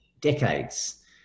decades